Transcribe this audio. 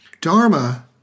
Dharma